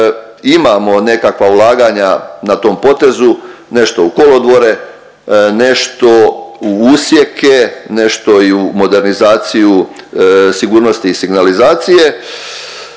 imamo nekakva ulaganja na tom potezu, nešto u kolodvore, nešto u usjeke, nešto i u modernizaciju sigurnosti i signalizacije.